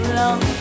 long